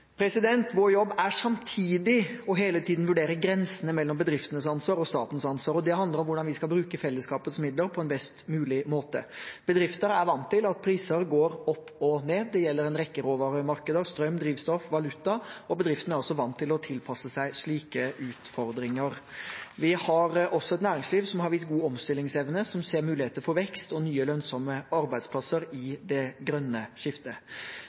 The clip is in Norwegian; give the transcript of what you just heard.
Vår jobb er samtidig hele tiden å vurdere grensene mellom bedriftenes ansvar og statens ansvar. Det handler om hvordan vi skal bruke fellesskapets midler på en best mulig måte. Bedrifter er vant til at priser går opp og ned. Det gjelder for en rekke råvaremarkeder: strøm, drivstoff, valuta. Bedriftene er også vant til å tilpasse seg slike utfordringer. Vi har også et næringsliv som har vist god omstillingsevne, som ser muligheter for vekst og nye, lønnsomme arbeidsplasser i det grønne skiftet.